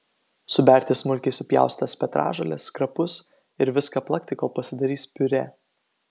suberti smulkiai supjaustytas petražoles krapus ir viską plakti kol pasidarys piurė